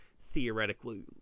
theoretically